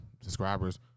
subscribers